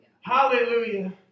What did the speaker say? Hallelujah